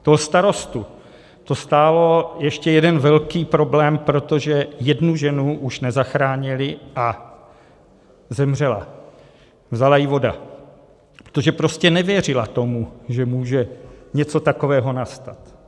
Toho starostu to stálo ještě jeden velký problém, protože jednu ženu už nezachránili a zemřela, vzala ji voda, protože prostě nevěřila tomu, že může něco takového nastat.